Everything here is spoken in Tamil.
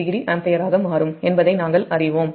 5o ஆம்பியராக மாறும் என்பதை நாம் அறிவோம்